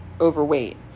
overweight